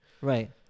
Right